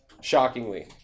Shockingly